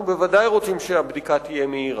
אנחנו בוודאי רוצים שהבדיקה תהיה מהירה.